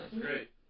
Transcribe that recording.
great